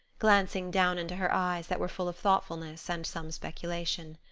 glancing down into her eyes that were full of thoughtfulness and some speculation.